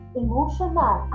emotional